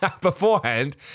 beforehand